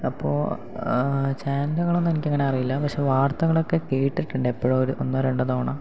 അപ്പോൾ ചാനലുകളൊന്നും എനിക്കങ്ങനെ അറിയില്ല പക്ഷെ വർത്തകളൊക്കെ കേട്ടിട്ടുണ്ട് എപ്പോഴോ ഒരു ഒന്നോ രണ്ടോ തവണ